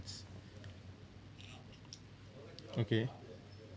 okay